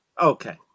Okay